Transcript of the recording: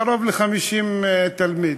קרוב ל-50 תלמיד.